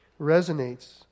resonates